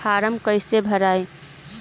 Form कईसे भराई?